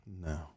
No